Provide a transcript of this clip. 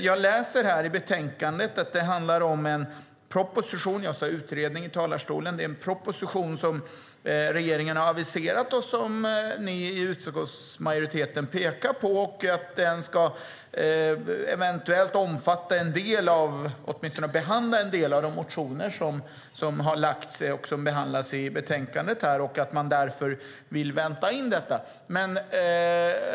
Jag läser i betänkandet att det handlar om en proposition - jag sade utredning i talarstolen - som regeringen har aviserat och som ni i utskottsmajoriteten pekar på eventuellt ska behandla åtminstone en del av de motioner som har lagts fram och som behandlas i betänkandet och att man därför vill vänta in detta.